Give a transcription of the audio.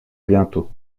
bientôt